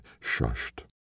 shushed